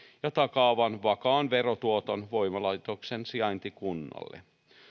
ja takaavan vakaan verotuoton voimalaitoksen sijaintikunnalle